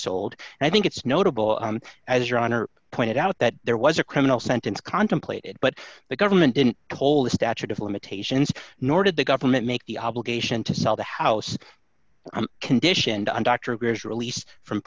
sold and i think it's notable as your honor pointed out that there was a criminal sentence contemplated but the government didn't kohl the statute of limitations nor did the government make the obligation to sell the house conditioned on dr greer's release from